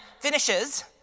finishes